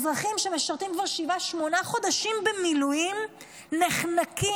אזרחים שמשרתים כבר שבעה-שמונה חודשים במילואים נחנקים.